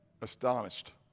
astonished